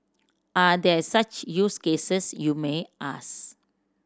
are there such use cases you may ask